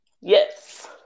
yes